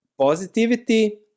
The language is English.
positivity